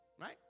Right